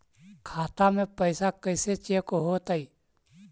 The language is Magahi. खाता में पैसा कैसे चेक हो तै?